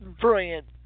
brilliant